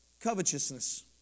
Covetousness